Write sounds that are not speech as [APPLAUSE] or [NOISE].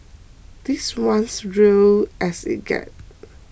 this one's real as it gets [NOISE]